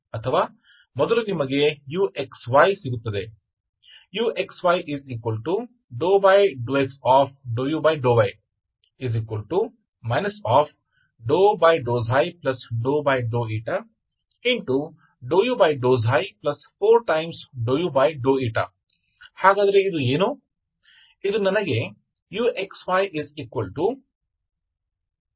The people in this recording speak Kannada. ಅಥವಾ ಮೊದಲು ನಿಮಗೆ uxy ಸಿಗುತ್ತದೆ uxy∂x∂u∂y ∂u4∂u ಹಾಗಾದರೆ ಇದು ಏನು